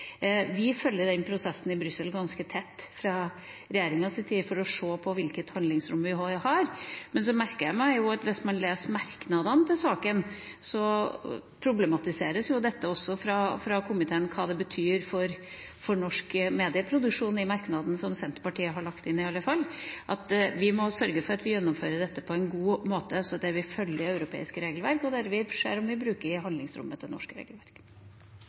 Vi følger prosessen i Brussel ganske tett fra regjeringas side for å se på hvilket handlingsrom vi har. Men jeg merker meg at hvis man leser merknadene i saken, problematiseres det også fra komiteen hva det betyr for norsk medieproduksjon – i alle fall i merknaden som Senterpartiet har lagt inn. Vi må sørge for at vi gjennomfører dette på en god måte, at vi følger EUs regelverk, og at vi ser om vi kan bruke handlingsrommet til det norske